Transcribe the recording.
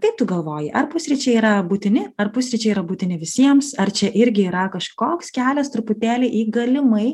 kaip tu galvoji ar pusryčiai yra būtini ar pusryčiai yra būtini visiems ar čia irgi yra kažkoks kelias truputėlį į galimai